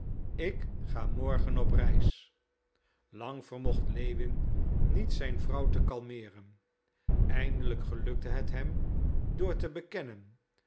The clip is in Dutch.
ik ga morgen op reis lang vermocht lewin niet zijn vrouw te kalmeeren eindelijk gelukte het hem door te bekennen